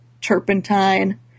turpentine